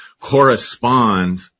correspond